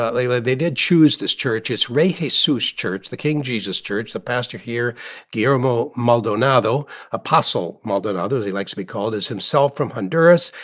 ah leila, they did choose this church. it's rey jesus so so church the king jesus church. the pastor here guillermo maldonado apostle maldonado, as he likes to be called, is himself from honduras.